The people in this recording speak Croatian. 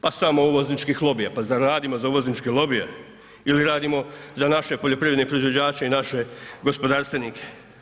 Pa samo uvozničkih lobija, pa zar radimo za uvozničke lobije ili radimo za naše poljoprivredne proizvođače i naše gospodarstvenike?